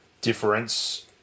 difference